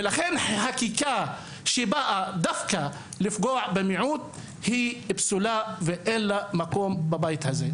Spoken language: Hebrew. לכן חקיקה שבאה דווקא לפגוע במיעוט היא פסולה ואין לה מקום בבית הזה.